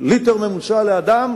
ליטר ממוצע לאדם,